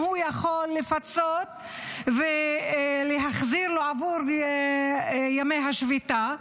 יכול לפצות ולהחזיר לו עבור ימי השביתה.